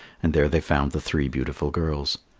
and there they found the three beautiful girls.